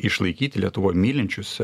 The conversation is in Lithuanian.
išlaikyti lietuvoj mylinčius